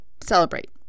celebrate